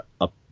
up